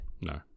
No